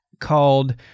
called